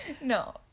No